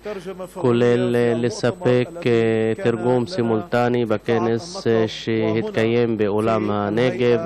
כולל לספק תרגום סימולטני בכנס שהתקיים באולם נגב,